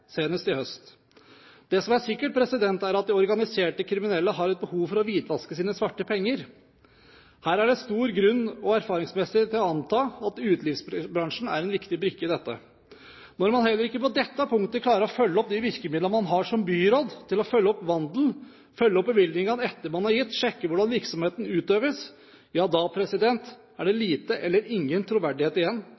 senest i høst. Det som er sikkert, er at de organiserte kriminelle har et behov for å hvitvaske sine svarte penger. Her er det erfaringsmessig stor grunn til å anta at utelivsbransjen er en viktig brikke. Når man heller ikke på dette punktet klarer å bruke de virkemidlene man har som byråd til å følge opp vandel, følge opp bevillingene etter at man har gitt dem, sjekke hvordan virksomheten utøves, ja, da er det